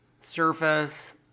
Surface